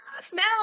smell